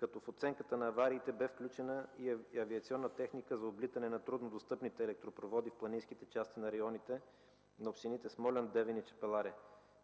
като в оценката на авариите бе включена и авиационна техника за облитане на труднодостъпните електропроводи в планинските части на районите на общините Смолян, Девин и Чепеларе.